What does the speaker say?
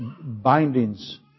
bindings